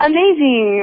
Amazing